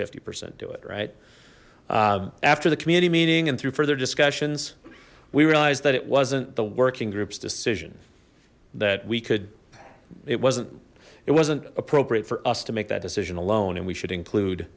fifty percent do it right after the community meeting and through further discussions we realized that it wasn't the working groups decision that we could it wasn't it wasn't appropriate for us to make that decision alone and we should include